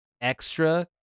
extra